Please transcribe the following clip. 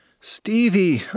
Stevie